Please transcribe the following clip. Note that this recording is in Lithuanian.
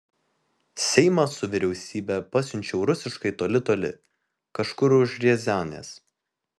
seimą su vyriausybe pasiunčiau rusiškai toli toli kažkur už riazanės